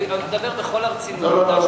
אני מדבר בכל הרצינות,